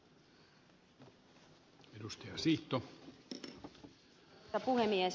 arvoisa puhemies